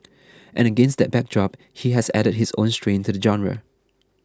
and against that backdrop he has added his own strain to the genre